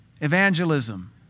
Evangelism